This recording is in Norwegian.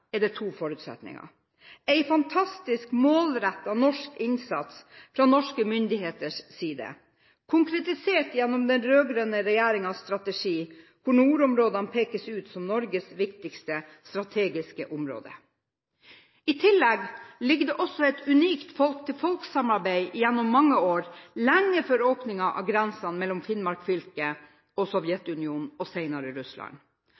to forutsetninger: en fantastisk målrettet norsk innsats fra norske myndigheters side, konkretisert gjennom den rød-grønne regjeringens strategi hvor nordområdene pekes ut som Norges viktigste strategiske område, og i tillegg et unikt folk-til-folk-samarbeid gjennom mange år, lenge før åpningen av grensene mellom Finnmark fylke og Sovjetunionen, og senere Russland.